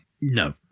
No